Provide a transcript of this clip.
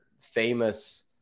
famous